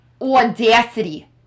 audacity